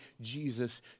Jesus